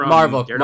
Marvel